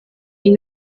die